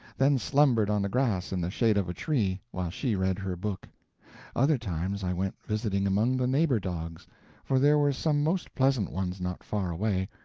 then slumbered on the grass in the shade of a tree while she read her book other times i went visiting among the neighbor dogs for there were some most pleasant ones not far away,